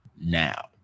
now